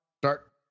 start